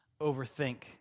overthink